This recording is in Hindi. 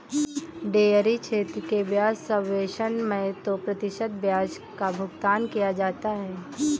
डेयरी क्षेत्र के ब्याज सबवेसन मैं दो प्रतिशत ब्याज का भुगतान किया जाता है